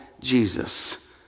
Jesus